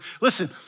Listen